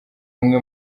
umwe